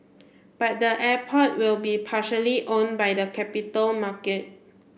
but the airport will be partially own by the capital market